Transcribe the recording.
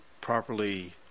properly